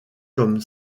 comme